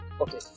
Okay